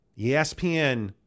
ESPN